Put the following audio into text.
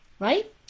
Right